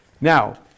Now